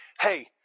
hey